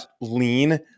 lean